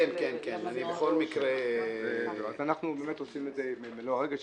אז אנחנו באמת עושים את זה במלוא הרגש,